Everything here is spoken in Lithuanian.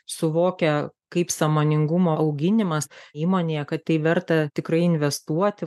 suvokia kaip sąmoningumo auginimas įmonėje kad tai verta tikrai investuoti